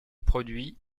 produits